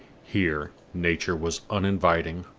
here nature was uninviting,